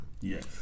Yes